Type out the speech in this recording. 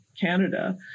Canada